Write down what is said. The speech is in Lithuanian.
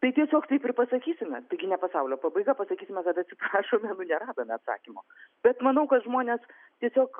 tai tiesiog taip ir pasakysime taigi ne pasaulio pabaiga pasakysime kad atsiprašome nu neradome atsakymo bet manau kad žmonės tiesiog